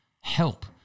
help